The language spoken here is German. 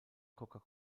coca